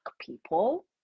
people